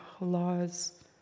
laws